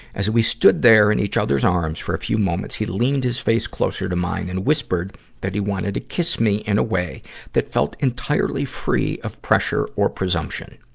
as we stood there in each other's arms for a few moments, he leaned his face closer to mine and whispered that he wanted to kiss me in a way that felt entirely free of pressure or presumption.